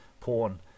porn